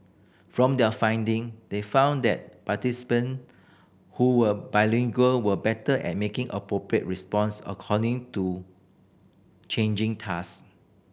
from their finding they found that participant who were bilingual were better at making appropriate responses according to changing task